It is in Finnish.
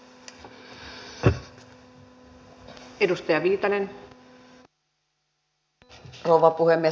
arvoisa rouva puhemies